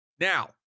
Now